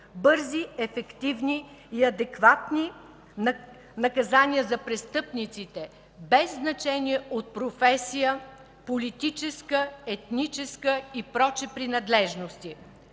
Бързи, ефективни и адекватни наказания за престъпниците, без значение от професия, политическа, етническа и прочие принадлежности.